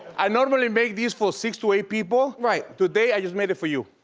i normally make this for six to eight people. right. today i just made it for you.